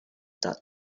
that